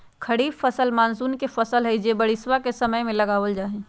खरीफ फसल मॉनसून के फसल हई जो बारिशवा के समय में लगावल जाहई